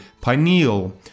pineal